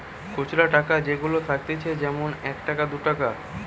খুচরা টাকা যেগুলা থাকতিছে যেমন এক টাকা, দু টাকা